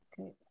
okay